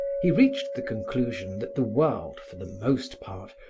he reached the conclusion that the world, for the most part,